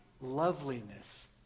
loveliness